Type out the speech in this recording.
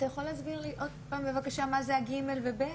אתה יכול להסביר לי עוד פעם בבקשה מה זה ה-ג' ו-ב'?